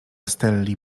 stelli